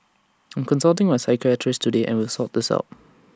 I'm consulting my psychiatrist today and will sort the out